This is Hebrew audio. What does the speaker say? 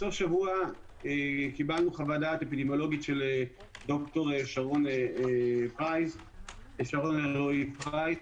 בסוף השבוע קיבלנו חוות דעת אפידמיולוגית של ד"ר שרון אלרעי פרייס.